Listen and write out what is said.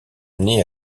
année